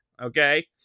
okay